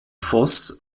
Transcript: voss